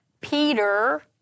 Peter